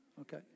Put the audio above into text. okay